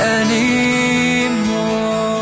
anymore